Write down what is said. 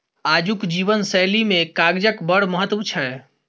आजुक जीवन शैली मे कागजक बड़ महत्व छै